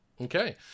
Okay